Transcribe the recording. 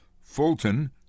Fulton